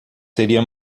seria